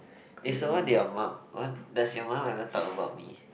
is the one that your mum want does your mum ever talk about me